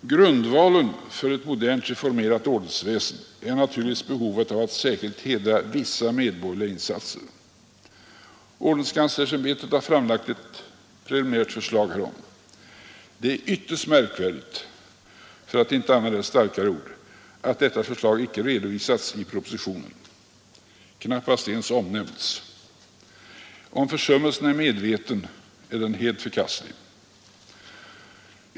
Grundvalen för ett modernt reformerat ordensväsende är naturligtvis behovet av att särskilt hedra vissa medborgerliga insatser. Ordenskanslersämbetet har framlagt ett preliminärt förslag härom. Det är ytterst märkvärdigt — för att inte använda ett starkare ord — att detta förslag icke redovisas i propositionen, knappast ens omnämns. Om försummelsen är medveten är den helt förkastlig.